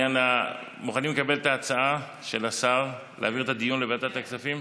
מוכנים לקבל את ההצעה של השר להעביר את הדיון לוועדת הכספים?